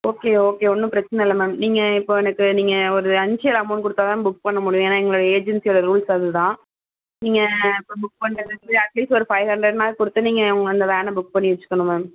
okay okay ஒன்றும் பிரச்சினை இல்லை மேம் நீங்கள் இப்போது எனக்கு நீங்கள் ஒரு இன்ஷியல் அமௌன்ட் கொடுத்தா தான் புக் பண்ண முடியும் ஏன்னால் எங்களோடய ஏஜென்சியோடய ரூல்ஸ் அது தான் நீங்கள் இப்போ புக் பண்ணுறதுக்கு அட்லீஸ்ட் ஒரு ஃபைவ் ஹண்ட்ரட்டாது கொடுத்து நீங்கள் அந்த வேனை புக் பண்ணி வச்சுக்கணும் மேம்